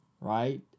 Right